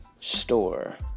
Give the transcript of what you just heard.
store